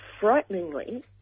frighteningly